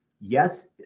yes